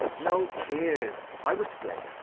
no tears i was to blame,